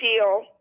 deal